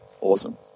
awesome